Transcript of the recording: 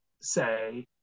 say